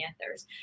Panthers